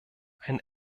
ein